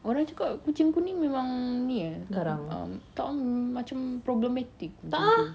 orang cakap kucing kuning memang ni eh um tak lah macam problematic macam tu